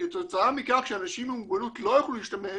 כתוצאה מכך שאנשים עם מוגבלות לא יוכלו להשתמש